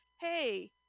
hey